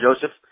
Joseph